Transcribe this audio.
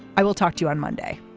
i will talk to you on monday